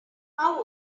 how